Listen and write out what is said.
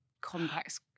complex